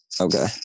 Okay